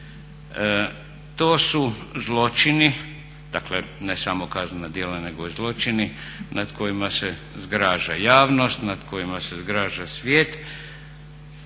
To su zločini, dakle ne samo kaznena djela nego i zločini nad kojima se zgraža javnost, nad kojima se zgraža svijet.